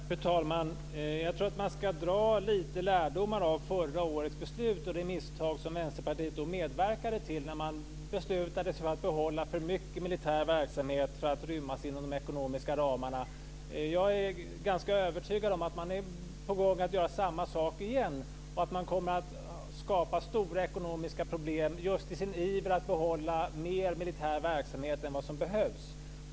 Fru talman! Jag tror att man ska dra lite lärdomar av förra årets beslut och de misstag som Vänsterpartiet då medverkade till när man beslutade sig för att behålla för mycket militär verksamhet för att rymmas inom de ekonomiska ramarna. Jag är ganska övertygad om att man är på gång att göra samma sak igen. Man kommer att skapa stora ekonomiska problem just i sin iver att behålla mer militär verksamhet än vad som behövs.